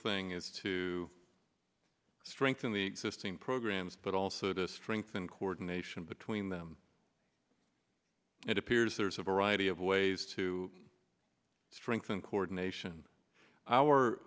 thing is to strengthen the existing programs but also to strengthen coordination between them it appears there's a variety of ways to strengthen coordination our